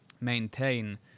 maintain